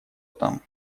там